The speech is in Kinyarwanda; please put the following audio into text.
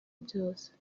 byose